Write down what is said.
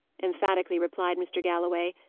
emphatically replied mr. galloway.